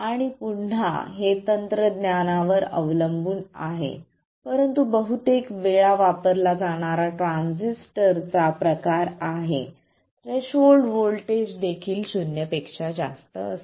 आणि पुन्हा हे तंत्रज्ञानावर अवलंबून आहे परंतु बहुतेक वेळा वापरला जाणारा ट्रान्झिस्टर चा प्रकार आहे थ्रेशोल्ड व्होल्टेज देखील शून्यापेक्षा जास्त असते